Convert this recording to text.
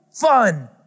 fun